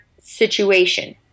situation